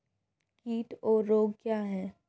कीट और रोग क्या हैं?